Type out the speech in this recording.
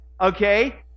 okay